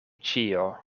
ĉio